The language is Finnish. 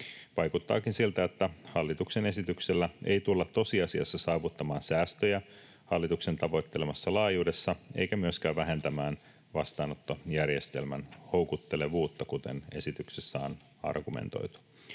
Vaikuttaakin siltä, että hallituksen esityksellä ei tulla tosiasiassa saavuttamaan säästöjä hallituksen tavoittelemassa laajuudessa, eikä myöskään vähentämään vastaanottojärjestelmän houkuttelevuutta, kuten esityksessä on argumentoitu.